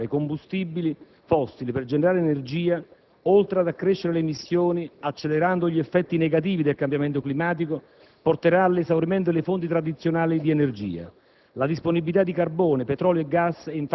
Se la comunità umana continua a consumare combustibili fossili per generare energia, oltre ad accrescere le emissioni, accelerando gli effetti negativi del cambiamento climatico, porterà all'esaurimento delle fonti tradizionali di energia.